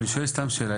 אני רוצה לשאול שאלה,